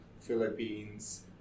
Philippines